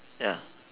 ya